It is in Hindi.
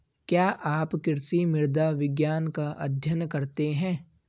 क्या आप कृषि मृदा विज्ञान का अध्ययन करते हैं?